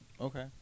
Okay